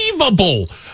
unbelievable